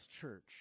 church